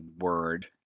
word